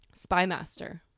spymaster